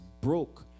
broke